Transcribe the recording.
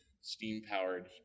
steam-powered